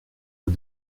aux